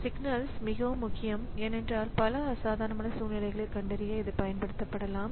signals மிகவும் முக்கியம் ஏனென்றால் பல அசாதாரண சூழ்நிலைகளைப் கண்டறிய இது பயன்படுத்தப்படலாம்